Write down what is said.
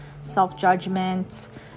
self-judgment